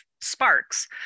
sparks